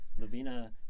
Lavina